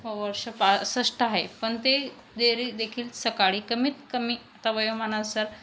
वर्ष पासष्ट आहे पण ते देरी देखील सकाळी कमीत कमी आता वयोमानानुसार